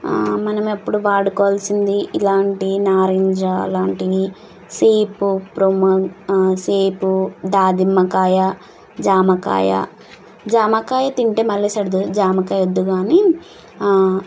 మనం ఎప్పుడు వాడుకోవలసింది ఇలాంటి నారింజ లాంటివి సేబ్ ప్రో సేబ్ దానిమ్మకాయ జామకాయ జామకాయ తింటే మళ్ళీ సర్ది అవుతుంది జామకాయ వద్దు కానీ